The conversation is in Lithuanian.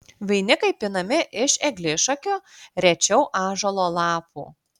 vainikai pinami iš eglišakių rečiau ąžuolo lapų